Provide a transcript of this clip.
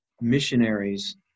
missionaries